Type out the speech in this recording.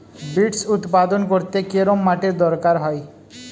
Beets উৎপাদন করতে কেরম মাটির দরকার হয়?